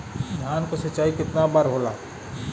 धान क सिंचाई कितना बार होला?